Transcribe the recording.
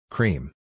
Cream